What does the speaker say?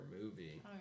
movie